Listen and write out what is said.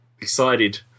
decided